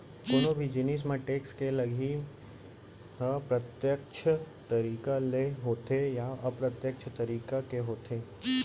कोनो भी जिनिस म टेक्स के लगई ह प्रत्यक्छ तरीका ले होथे या अप्रत्यक्छ तरीका के होथे